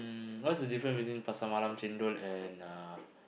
mm what's the difference between Pasar Malam chendol and uh